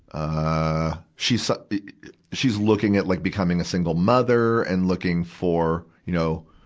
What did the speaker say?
ah, she's, ah she's looking at like becoming a single mother and looking for, you know,